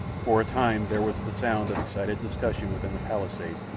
for a time there was the sound of excited discussion within the palisade,